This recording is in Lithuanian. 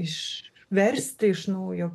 išversti iš naujo